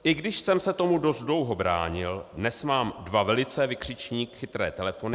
I když jsem se tomu dost dlouho bránil, dnes mám dva velice vykřičník chytré telefony...